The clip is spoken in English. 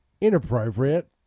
Inappropriate